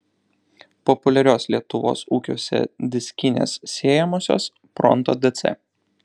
populiarios lietuvos ūkiuose diskinės sėjamosios pronto dc